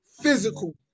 physical